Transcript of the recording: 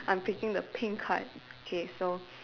I'm picking the pink card okay so